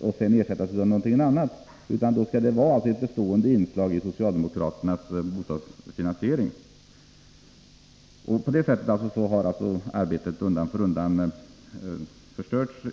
och sedan ersättas av någonting annat, utan då skall de vara ett bestående inslag i socialdemokraternas bostadsfinansieringspolitik. På det sättet har arbetet inom bostadskommittén undan för undan förstörts.